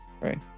Right